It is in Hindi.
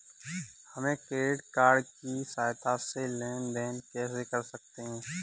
हम क्रेडिट कार्ड की सहायता से लेन देन कैसे कर सकते हैं?